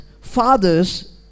Fathers